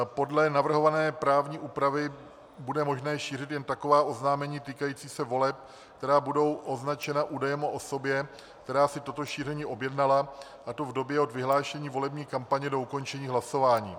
Podle navrhované právní úpravy bude možné šířit jen taková oznámení týkající se voleb, která budou označena údajem o osobě, která si toto šíření objednala, a to v době od vyhlášení volební kampaně do ukončení hlasování.